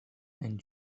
and